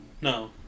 No